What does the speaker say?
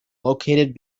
located